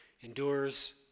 endures